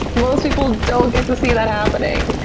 most people don't get to see that happening.